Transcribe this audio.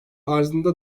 arzında